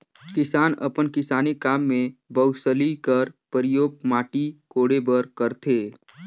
किसान अपन किसानी काम मे बउसली कर परियोग माटी कोड़े बर करथे